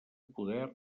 poder